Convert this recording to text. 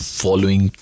following